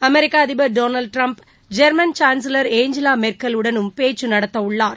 அமெரிக்க அதிபர் Donald Trump German chancellor Angela மெர்க்கலுடனும் பேச்சு நடத்தவுள்ளார்